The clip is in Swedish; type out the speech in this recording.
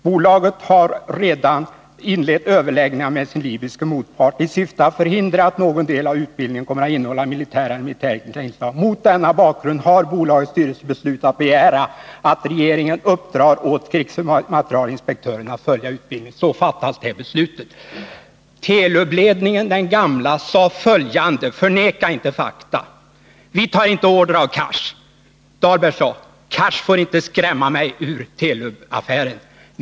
Bolaget har redan inlett överläggningar med sin libyske motpart i syfte att förhindra att någon del av utbildningen kommer att innehålla militära eller militärtekniska inslag. Mot denna bakgrund har bolagets styrelse beslutat begära att regeringen uppdrar åt krigsmaterielinspektören att följa utbildningen.” Då fattades detta beslut. Den gamla Telubledningen sade följande — förneka inte fakta: Vi tar inte order av Cars! Dahlberg sade: Cars får inte skrämma mig ur Telubaffären.